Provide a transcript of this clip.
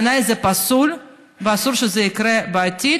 בעיניי זה פסול ואסור שזה יקרה בעתיד,